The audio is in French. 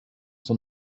son